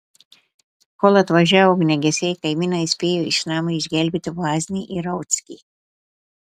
kol atvažiavo ugniagesiai kaimynai spėjo iš namo išgelbėti vaznį ir rauckį